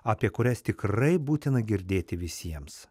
apie kurias tikrai būtina girdėti visiems